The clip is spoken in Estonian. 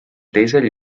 teisel